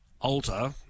alter